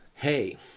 Hey